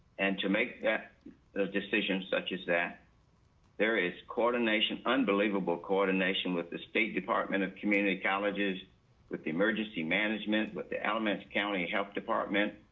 and to make that decision, such as that there is coordination, unbelievable coordination with the state department of community colleges with the emergency management with the alamance county health department.